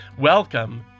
Welcome